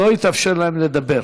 לא יתאפשר להם לדבר.